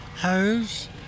Hose